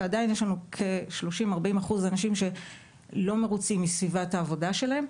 ועדיין יש לנו כ-40%-30% שלא מרוצים מסביבת העבודה שלהם.